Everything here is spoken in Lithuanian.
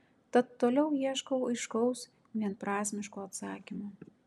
tad toliau ieškau aiškaus vienprasmiško atsakymo